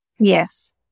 Yes